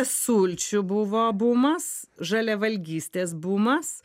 sulčių buvo bumas žaliavalgystės bumas